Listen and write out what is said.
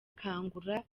kangura